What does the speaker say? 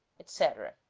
etc.